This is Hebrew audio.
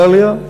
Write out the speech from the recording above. "דליה",